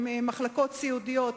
מחלקות סיעודיות,